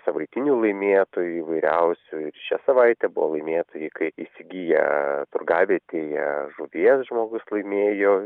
savaitinių laimėtojų įvairiausių ir šią savaitę buvo laimėtojai kai įsigiję turgavietėje žuvies žmogus laimėjo